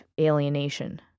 alienation